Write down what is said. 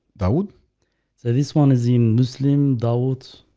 that would say this one is in muslim doubt